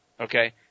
Okay